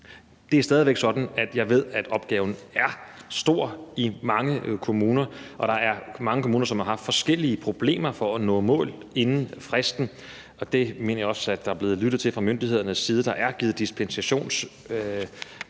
den politiske aftale. Jeg ved, at opgaven er stor i mange kommuner, og at der er mange kommuner, som har haft forskellige problemer med at nå i mål inden fristen, og det mener jeg også der er blevet lyttet til fra myndighedernes side. Der er givet dispensation